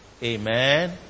Amen